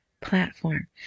platform